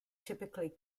typically